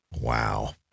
Wow